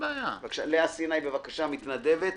לאה סיני היא מתנדבת.